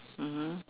mmhmm